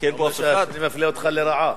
אני מפלה אותך לרעה.